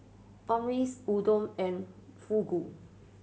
Omurice Udon and Fugu